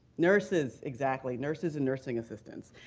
nurses, exactly. nurses and nursing assistants.